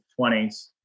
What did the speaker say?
20s